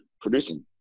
producing